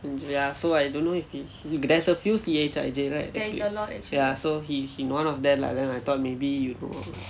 ya so I don't know if he there's a few C_H_I_J right ya so he he one of that lah I thought maybe you know